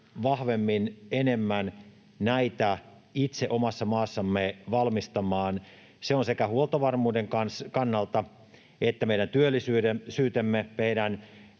vahvemmin ja enemmän näitä itse omassa maassamme valmistamaan, se on sekä huoltovarmuuden kannalta että meidän työllisyytemme ja meidän